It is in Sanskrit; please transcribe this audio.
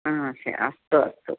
आस्ते अस्तु अस्तु